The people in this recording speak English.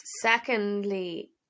secondly